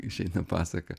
išeina pasaka